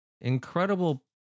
incredible